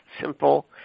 simple